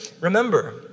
Remember